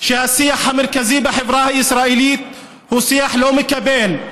כשהשיח המרכזי בחברה הישראלית הוא שיח לא מקבל,